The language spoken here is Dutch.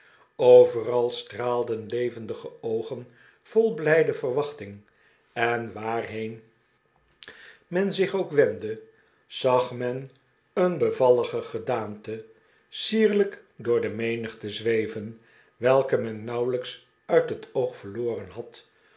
overal straalden levendige oogen vol blijde verwachting en waarheen men zich ook wendde zag men een bevallige gedaante sierlijk door de menigte zweyen welke men nauwelijks uit het oog verloren had